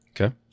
okay